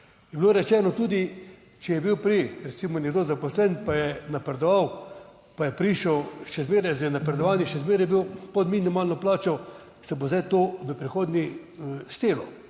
Je bilo rečeno tudi če je bil prej, recimo, nekdo zaposlen, pa je napredoval, pa je prišel še zmeraj z napredovanji, še zmeraj je bil pod minimalno plačo, se bo zdaj to v prihodnje štelo,